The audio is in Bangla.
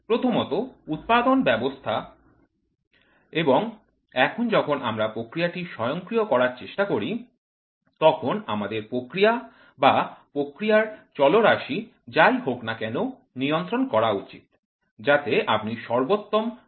প্রথমত উৎপাদন ব্যবস্থা এবং এখন যখন আমরা প্রক্রিয়াটি স্বয়ংক্রিয় করার চেষ্টা করি তখন আমাদের প্রক্রিয়া বা প্রক্রিয়ার চলরাশি যা ই হোক না কেন নিয়ন্ত্রণ করা উচিত যাতে আপনি সর্বোত্তম দক্ষ পণ্য পেতে করেন